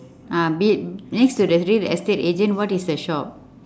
ah be~ next to the real estate agent what is the shop